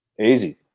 Easy